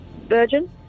Virgin